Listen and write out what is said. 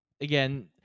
again